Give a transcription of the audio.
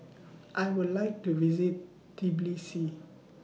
I Would like to visit Tbilisi